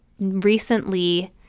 recently